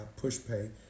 PushPay